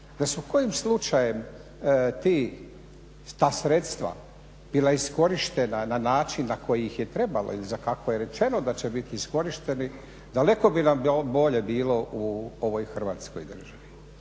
su kojim slučajem ti, ta sredstva bila iskorištena na način na koji ih je trebalo ili za kako je rečeno da će biti iskorišteni daleko bi nam bolje bilo u ovoj Hrvatskoj državi.